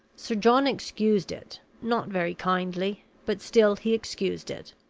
sir john excused it, not very kindly but still he excused it.